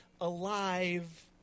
alive